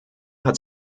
hat